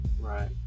Right